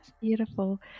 Beautiful